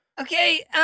Okay